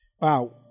Wow